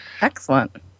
Excellent